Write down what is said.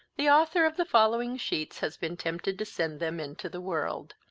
the author of the following sheets has been tempted to send them into the world.